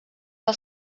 del